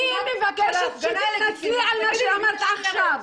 לגיטימית --- אני מבקשת שתתנצלי על מה שאמרת עכשיו.